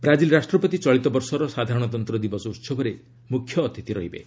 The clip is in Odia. ବ୍ରାଜିଲ୍ ରାଷ୍ଟ୍ରପତି ଚଳିତ ବର୍ଷର ସାଧାରଣତନ୍ତ୍ର ଦିବସ ଉହବରେ ମୁଖ୍ୟ ଅତିଥି ରହିବେ